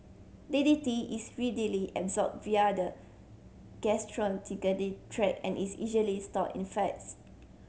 D D T is readily absorbed via the tract and is easily stored in fats